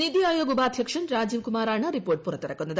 നിതി ആയോഗ് ഉപാധ്യക്ഷൻ രാജീവ് കുമാറാണ് റിപ്പോർട്ട് പുറത്തിറക്കുന്നത്